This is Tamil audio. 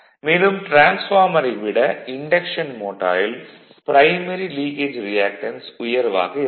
மேலும் டிரான்ஸ்பார்மரை விட இன்டக்ஷன் மோட்டாரில் ப்ரைமரி லீக்கேஜ் ரியாக்டன்ஸ் உயர்வாக இருக்கும்